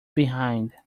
behind